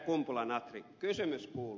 kumpula natri kysymys kuuluu